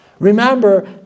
Remember